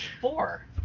four